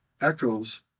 echoes